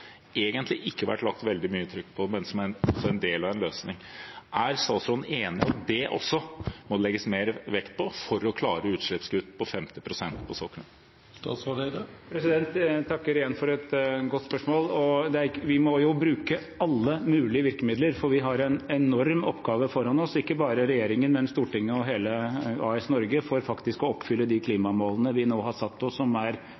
egentlig ikke lagt veldig mye trykk på, men det er også en del av en løsning. Er statsråden enig i at det også må legges mer vekt på for å klare utslippskutt på 50 pst. på sokkelen? Jeg takker igjen for et godt spørsmål. Vi må bruke alle mulige virkemidler, for vi har en enorm oppgave foran oss – ikke bare regjeringen, men Stortinget og hele AS Norge – for faktisk å oppfylle de klimamålene vi nå har satt oss, som er